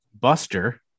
Buster